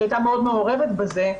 שהייתה מאוד מעורבת בזה.